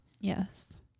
Yes